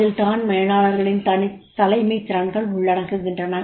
அதில் தான் மேலாளர்களின் தலைமைத் திறன்கள் உள்ளடங்குகின்றன